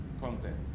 content